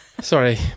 Sorry